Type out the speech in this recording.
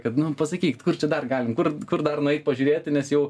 kad nu pasakyk kur čia dar galim kur kur dar nueit pažiūrėti nes jau